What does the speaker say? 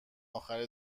اخر